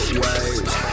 waves